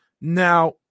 Now